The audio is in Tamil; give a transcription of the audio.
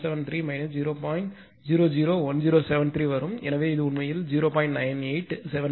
001073 வரும் எனவே இது உண்மையில் 0